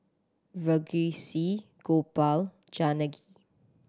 Verghese Gopal Janaki